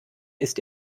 ist